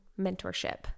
mentorship